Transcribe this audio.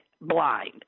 blind